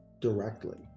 directly